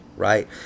Right